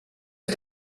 für